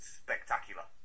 spectacular